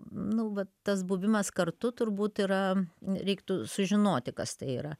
nu va tas buvimas kartu turbūt yra reiktų sužinoti kas tai yra